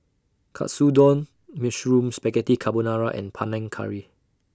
Katsudon Mushroom Spaghetti Carbonara and Panang Curry